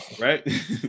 Right